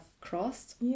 crossed